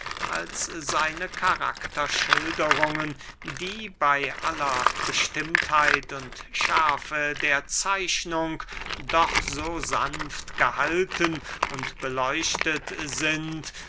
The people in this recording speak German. als seine karakterschilderungen die bey aller bestimmtheit und schärfe der zeichnung doch so sanft gehalten und beleuchtet sind